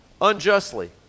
unjustly